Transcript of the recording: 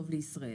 טוב לישראל.